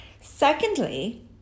Secondly